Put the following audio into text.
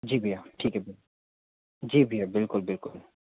जी भईया ठीक है भईया जी भईया बिल्कुल बिल्कुल